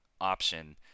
option